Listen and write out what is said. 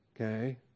okay